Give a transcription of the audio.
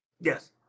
Yes